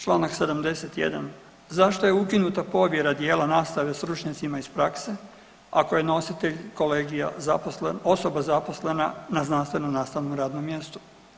Čl. 71. zašto je ukinuta povjera dijela nastave stručnjacima iz prakse ako je nositelj kolegija zaposlen, osoba zaposlena na znanstveno nastavnom radnom mjestu.